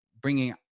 bringing